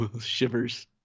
shivers